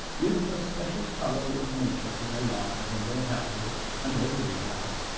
give a special color of nature to their lives and their houses and every house,